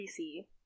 PC